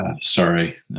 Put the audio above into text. Sorry